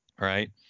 Right